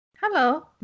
Hello